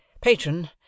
patron